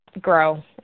grow